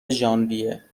ژانویه